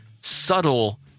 subtle